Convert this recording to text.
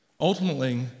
Ultimately